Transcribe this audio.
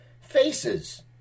faces